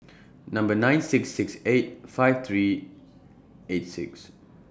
Number nine six six eight five three eight six